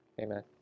Amen